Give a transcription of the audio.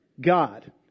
God